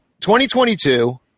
2022